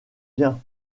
bien